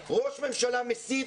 ראש ממשלה מסית,